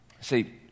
See